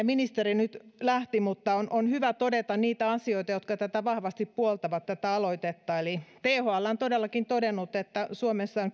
ministeri nyt lähti mutta on on hyvä todeta niitä asioita jotka tätä aloitetta vahvasti puoltavat eli thl on todellakin todennut että suomessa on